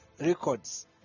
records